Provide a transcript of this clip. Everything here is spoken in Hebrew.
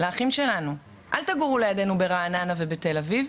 לאחים שלנו "אל תגורו לידנו ברעננה ובתל אביב,